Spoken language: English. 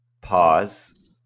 Pause